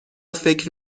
فکر